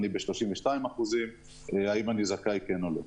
אם הוא ב-32% האם הוא זכאי או לא.